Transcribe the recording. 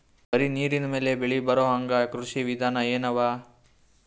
ಬರೀ ನೀರಿನ ಮೇಲೆ ಬೆಳಿ ಬರೊಹಂಗ ಕೃಷಿ ವಿಧಾನ ಎನವ?